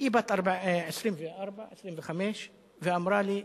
היא בת 25, ואמרה לי: